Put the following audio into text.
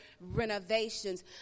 renovations